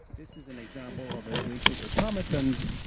this is an example of a weighted automaton,